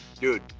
Dude